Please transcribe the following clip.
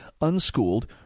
unschooled